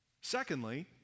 Secondly